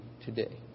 today